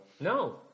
No